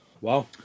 Wow